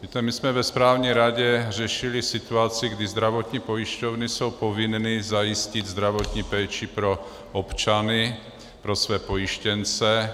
Víte, my jsme ve správní radě řešili situaci, kdy zdravotní pojišťovny jsou povinny zajistit zdravotní péči pro občany, pro své pojištěnce.